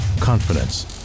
confidence